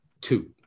two